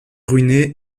ruiné